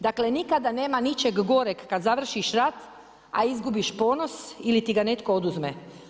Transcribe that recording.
Dakle, nikada nema ničeg goreg kad završiš rat a izgubiš ponos ili ti ga netko oduzme.